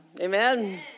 Amen